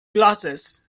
glasses